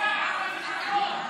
פוגעת במשפחות.